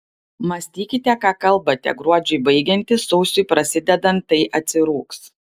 mąstykite ką kalbate gruodžiui baigiantis sausiui prasidedant tai atsirūgs